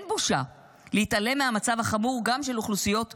אין בושה להתעלם מהמצב החמור גם של אוכלוסיות מוחלשות,